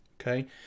okay